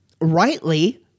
rightly